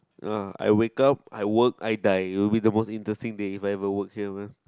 uh I wake up I work I die it will be the most interesting day if I'll work here man